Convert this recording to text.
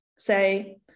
say